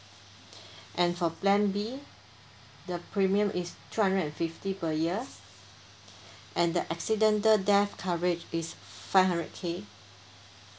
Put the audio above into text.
and for plan B the premium is two hundred and fifty per year and the accidental death coverage is five hundred K